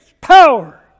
power